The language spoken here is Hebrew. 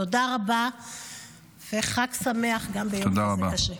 תודה רבה וחג שמח, גם ביום כזה קשה.